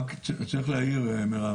רק צריך להעיר מירב,